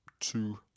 two